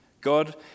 God